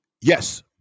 Yes